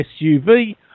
SUV